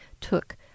took